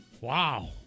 Wow